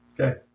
Okay